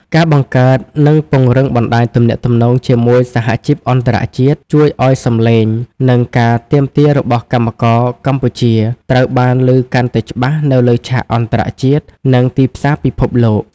ការបង្កើត និងពង្រឹងបណ្តាញទំនាក់ទំនងជាមួយសហជីពអន្តរជាតិ ជួយឱ្យសំឡេង និងការទាមទាររបស់កម្មករកម្ពុជាត្រូវបានឮកាន់តែច្បាស់នៅលើឆាកអន្តរជាតិ និងទីផ្សារពិភពលោក។